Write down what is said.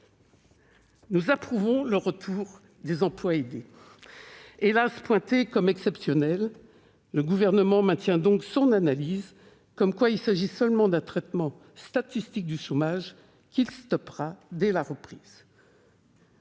Nous approuvons le retour des emplois aidés, hélas pointé comme exceptionnel. Le Gouvernement maintient en effet son analyse, selon laquelle il s'agit seulement d'un traitement statistique du chômage qu'il stoppera dès la reprise.